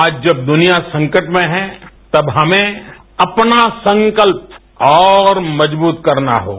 आज जब दुनिया संकट में है तब हमें अपना संकल्प और मजबूत करना होगा